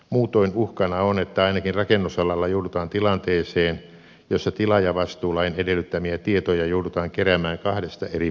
muutoin uhkana on että ainakin rakennusalalla joudutaan tilanteeseen jossa tilaajavastuulain edellyttämiä tietoja joudutaan keräämään kahdesta eri paikasta